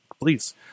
Please